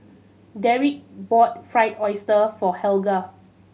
Dereck bought Fried Oyster for Helga